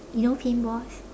you know paint balls